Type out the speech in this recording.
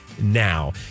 now